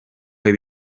bihe